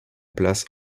place